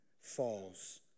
falls